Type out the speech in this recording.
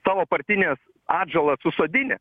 savo partines atžalas susodinę